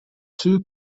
too